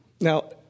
Now